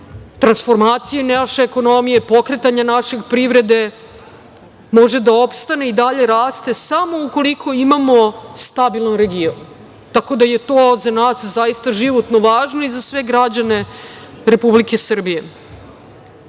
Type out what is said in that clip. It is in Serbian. transformacije naše ekonomije, pokretanje naše privrede, može da opstane i dalje raste samo ukoliko imamo stabilan region. Tako da je to za nas životno važno i za sve građane Republike